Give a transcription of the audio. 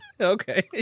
okay